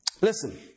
Listen